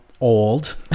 old